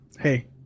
Hey